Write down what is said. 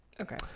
Okay